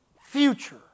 future